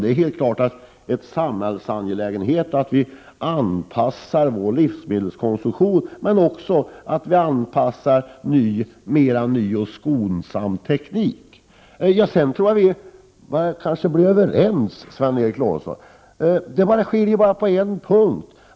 Det är helt klart att det är en samhällsangelägenhet att anpassa livsmedelsproduktionen till vårt behov men också att anpassa den till ny och mera skonsam teknik. Sedan tror jag att vi börjar bli överens, Sven Eric Lorentzon. Vi skiljer oss åt bara på en punkt.